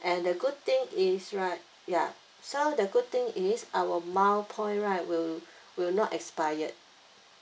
and the good thing is right ya so the good thing is our mile point right will will not expire